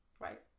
right